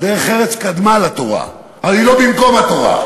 דרך-ארץ קדמה לתורה, אבל היא לא במקום התורה.